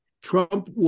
Trump